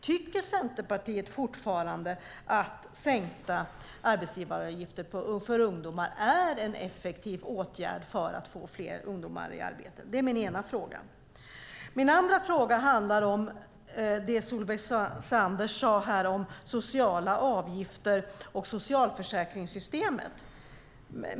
Tycker Centerpartiet fortfarande att sänkta arbetsgivaravgifter för ungdomar är en effektiv åtgärd för att få ungdomar i arbete? Det är min ena fråga. Min andra fråga handlar om det Solveig Zander sade här om sociala avgifter och socialförsäkringssystemet.